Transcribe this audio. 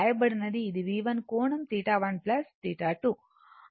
ఇది V1కోణంθ1 θ2